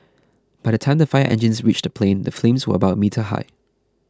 by the time the fire engines reached the plane the flames were about a meter high